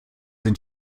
sind